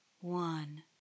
one